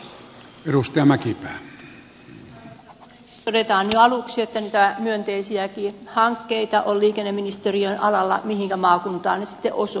todetaan jo aluksi että niitä myönteisiäkin hakkeita on liikenneministeriön alalla mihinkä maakuntaan ne sitten osoittautuvatkaan